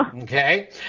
Okay